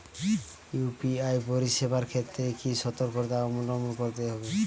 UPI পরিসেবার ক্ষেত্রে কি সতর্কতা অবলম্বন করতে হবে?